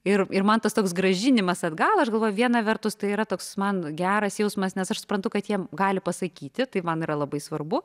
ir ir man tas toks grąžinimas atgal aš galvoju viena vertus tai yra toks man geras jausmas nes aš suprantu kad jie gali pasakyti tai man yra labai svarbu